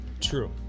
True